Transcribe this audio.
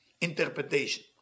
interpretation